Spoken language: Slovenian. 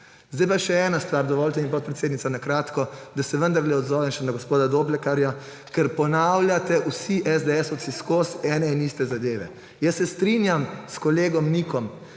Zdaj pa še ena stvar, dovolite mi, podpredsednica, na kratko, da se vendarle odzovem še na gospoda Doblekarja, ker ponavljate vsi esdeesovci vseskozi ene in iste zadeve. Strinjam se s kolegom Nikom,